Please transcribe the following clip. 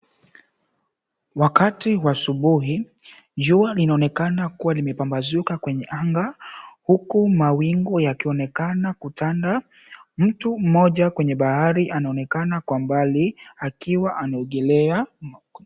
Wakati wa asubuhi. Jua linaonekana kuwa limepambazuka kwenye anga, huku mawingu yakionekana kutanda. Mtu mmoja kwenye bahari anaonekana kwa mbali akiwa anaogelea.